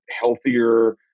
healthier